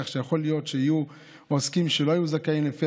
כך שיכול להיות שיהיו עוסקים שלא היו זכאים לפי